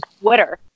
twitter